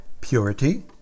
Purity